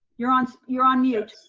you're on so you're on mute.